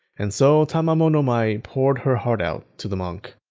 and so tamamo no mae poured her heart out to the monk.